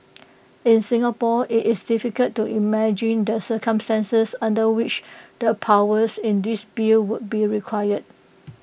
in Singapore IT is difficult to imagine the circumstances under which the powers in this bill would be required